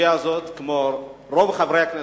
לסוגיה הזאת כמו רוב חברי הכנסת,